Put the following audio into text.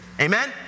amen